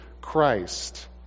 Christ